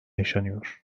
yaşanıyor